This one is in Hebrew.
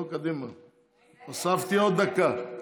הוספתי עוד דקה.